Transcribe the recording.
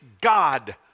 God